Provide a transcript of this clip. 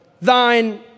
thine